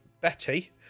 Betty